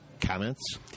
Comments